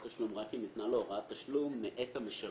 תשלום רק אם ניתנה לו הוראת תשלום מאת המשלם.